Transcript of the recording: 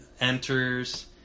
enters